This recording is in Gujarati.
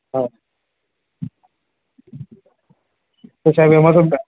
હા તો સાહેબ એમાં તો